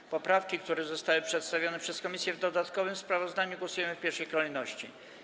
Nad poprawkami, które zostały przedstawione przez komisję w dodatkowym sprawozdaniu, głosujemy w pierwszej kolejności.